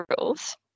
rules